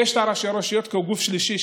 ויש את ראשי הרשויות כגוף שלישי,